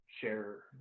share